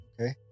okay